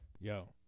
yo